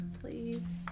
please